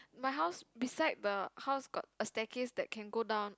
my house beside the house got a staircase that can go down